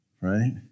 right